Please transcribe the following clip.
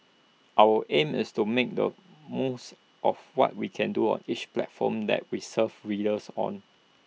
our aim is to make the most of what we can do on each platform that we serve readers on